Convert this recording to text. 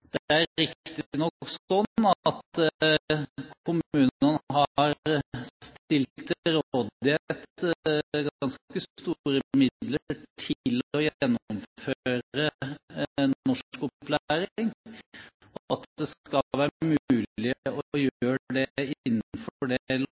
er riktignok slik at kommunene har stilt til rådighet ganske store midler til å gjennomføre norskopplæring, at det skal være mulig å gjøre det innenfor det lovverket og rammeverket som er i